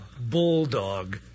bulldog